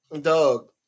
dog